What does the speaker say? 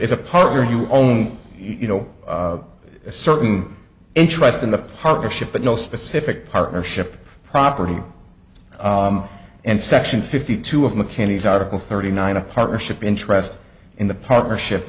is a partner you own you know a certain interest in the partnership but no specific partnership property and section fifty two of mckinney's article thirty nine a partnership interest in the partnership